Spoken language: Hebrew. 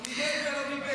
לא נגעתי.